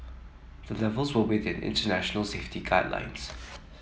the levels were within international safety guidelines